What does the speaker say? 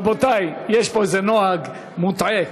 רבותי, יש פה איזה נוהג מוטעה.